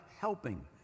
helping